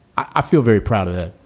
i feel very proud of it.